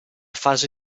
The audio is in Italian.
fase